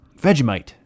Vegemite